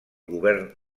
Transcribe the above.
govern